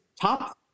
top